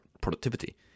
productivity